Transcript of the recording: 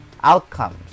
outcomes